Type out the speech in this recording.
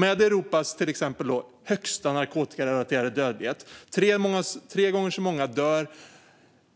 Med Europas högsta narkotikarelaterade dödlighet - det är tre gånger så många